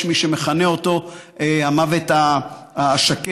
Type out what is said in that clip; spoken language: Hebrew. יש מי שמכנה אותה המוות השקט.